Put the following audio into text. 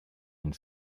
and